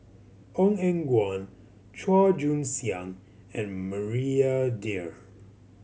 Ong Eng Guan Chua Joon Siang and Maria Dyer